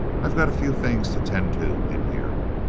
i got a few things to tend to in here.